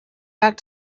back